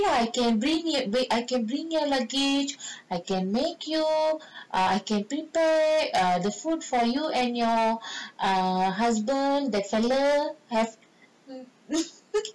actually I can bring it I can bring your luggage I can make you I can prepare err the food for you and your err husband that fellow have